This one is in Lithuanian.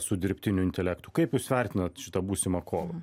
su dirbtiniu intelektu kaip jūs vertinat šitą būsimą kovą